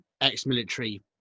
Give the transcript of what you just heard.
ex-military